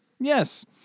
Yes